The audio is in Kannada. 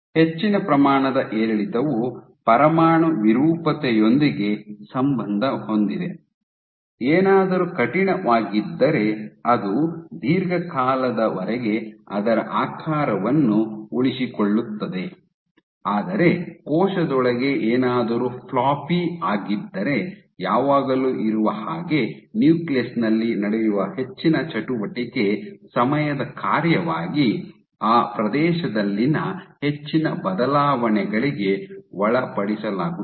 ಹೆಚ್ಚಿನ ಪ್ರಮಾಣದ ಏರಿಳಿತವು ಪರಮಾಣು ವಿರೂಪತೆಯೊಂದಿಗೆ ಸಂಬಂಧ ಹೊಂದಿದೆ ಏನಾದರೂ ಕಠಿಣವಾಗಿದ್ದರೆ ಅದು ದೀರ್ಘಕಾಲದವರೆಗೆ ಅದರ ಆಕಾರವನ್ನು ಉಳಿಸಿಕೊಳ್ಳುತ್ತದೆ ಆದರೆ ಕೋಶದೊಳಗೆ ಏನಾದರೂ ಫ್ಲಾಪಿ ಆಗಿದ್ದರೆ ಯಾವಾಗಲೂ ಇರುವ ಹಾಗೆ ನ್ಯೂಕ್ಲಿಯಸ್ ನಲ್ಲಿ ನಡೆಯುವ ಹೆಚ್ಚಿನ ಚಟುವಟಿಕೆ ಸಮಯದ ಕಾರ್ಯವಾಗಿ ಆ ಪ್ರದೇಶದಲ್ಲಿ ಹೆಚ್ಚಿನ ಬದಲಾವಣೆಗಳಿಗೆ ಒಳಪಡಿಸಲಾಗುತ್ತದೆ